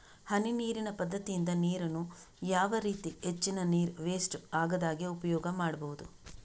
ಹನಿ ನೀರಿನ ಪದ್ಧತಿಯಿಂದ ನೀರಿನ್ನು ಯಾವ ರೀತಿ ಹೆಚ್ಚಿನ ನೀರು ವೆಸ್ಟ್ ಆಗದಾಗೆ ಉಪಯೋಗ ಮಾಡ್ಬಹುದು?